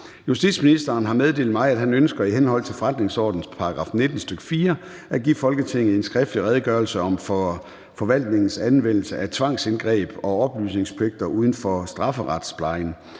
Hummelgaard) har meddelt mig, at han ønsker i henhold til forretningsordenens § 19, stk. 4, at give Folketinget en skriftlig Redegørelse om forvaltningens anvendelse af tvangsindgreb og oplysningspligter uden for strafferetsplejen.